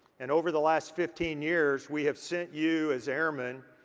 and over the last fifteen years we have sent you as airmen,